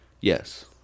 yes